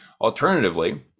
alternatively